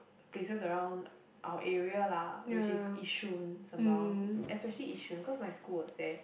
places around our area lah which is yishun sembawang especially yishun because my school was there